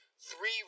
three